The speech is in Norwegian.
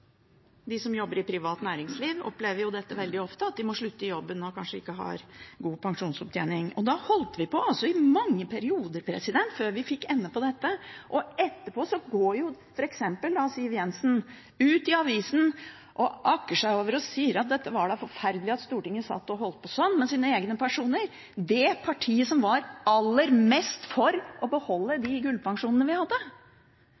De som jobber i privat næringsliv, opplever jo dette veldig ofte, at de må slutte i jobben og kanskje ikke har god pensjonsopptjening. Vi holdt altså på i mange perioder før vi fikk ende på dette, og etterpå går f.eks. Siv Jensen ut i avisen og akker seg over at det var da forferdelig at Stortinget satt og holdt på sånn med sine egne pensjoner – fra det partiet som var aller mest for å beholde